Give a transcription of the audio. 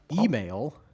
email